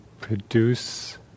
produce